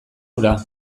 hura